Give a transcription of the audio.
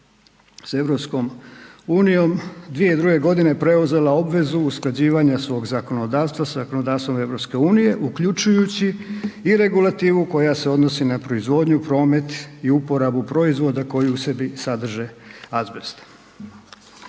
s EU 2002. g. preuzela obvezu usklađivanja svog zakonodavstva sa zakonodavstvom EU uključujući i regulativu koja se odnosi na proizvodnju, promet i uporabu proizvoda koji u sebi sadrže azbest.